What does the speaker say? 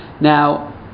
Now